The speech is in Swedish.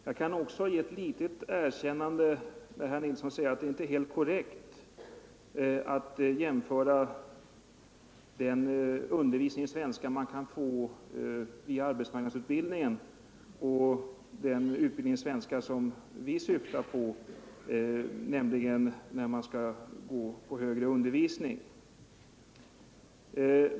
Jag kan även erkänna att det kanske inte är helt korrekt att jämföra den undervisning i svenska som man får i arbetsmarknadsutbildningen och den utbildning i svenska som vi syftar på, nämligen den i samband med högre undervisning.